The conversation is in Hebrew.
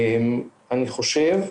אני חושב,